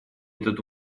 этот